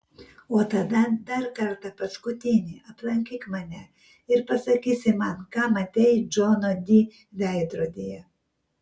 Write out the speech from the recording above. o tada dar kartą paskutinį aplankyk mane ir pasakysi man ką matei džono di veidrodyje